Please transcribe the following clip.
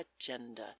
agenda